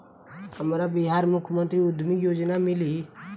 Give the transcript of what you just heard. हमरा बिहार मुख्यमंत्री उद्यमी योजना मिली?